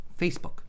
Facebook